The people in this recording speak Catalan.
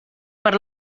per